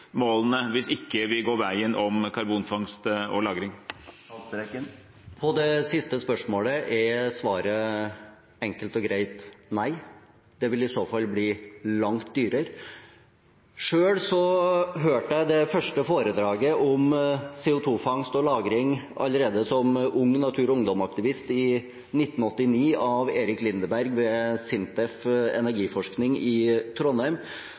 hvis vi ikke går veien om karbonfangst og -lagring? På det siste spørsmålet er svaret enkelt og greit nei. Det vil i så fall bli langt dyrere. Selv hørte jeg det første foredraget om CO 2 -fangst og -lagring allerede som ung Natur og Ungdom-aktivist i 1989, av Erik Lindeberg ved SINTEFs energiforskning i Trondheim,